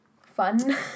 Fun